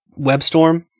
WebStorm